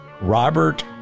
Robert